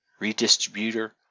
redistributor